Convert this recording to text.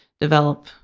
develop